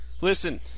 Listen